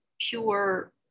pure